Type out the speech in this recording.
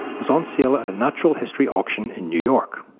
was on sale at a natural history auction in new york.